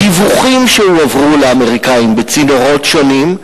דיווחים שהועברו לאמריקנים בצינורות שונים,